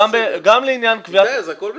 אז הכול בסדר.